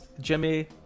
Jimmy